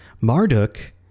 Marduk